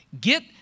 get